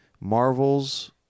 Marvel's